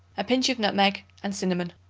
a pinch of nutmeg and cinnamon